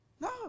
No